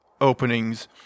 openings